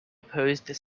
opposed